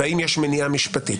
והאם יש מניעה משפטית?